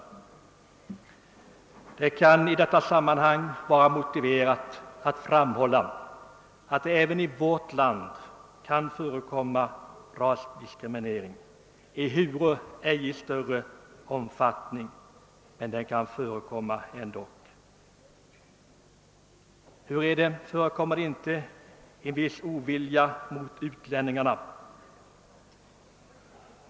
Det kan i detta sammanhang vara motiverat att framhålla, att det kan förekomma rasdiskriminering även i vårt land. Det sker ej i större omfattning, men det kan dock förekomma. Finns det inte en viss ovilja mot utlänningarna?